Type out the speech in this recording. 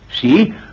See